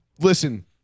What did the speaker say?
listen